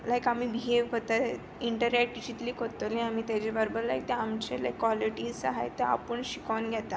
लायक आमी बिहेव कोत्ता इंटरेक्ट जितली कोत्तोली आमी तेजे बरोबर लायक आमच्यो जे क्वॉलिटीज आहाय त्यो आपूण शिकोन घेता